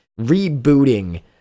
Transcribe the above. rebooting